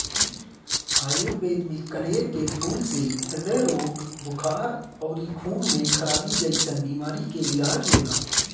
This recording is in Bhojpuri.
आयुर्वेद में कनेर के फूल से ह्रदय रोग, बुखार अउरी खून में खराबी जइसन बीमारी के इलाज होला